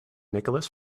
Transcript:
nicholas